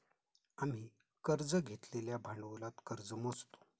आम्ही कर्ज घेतलेल्या भांडवलात कर्ज मोजतो